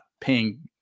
paying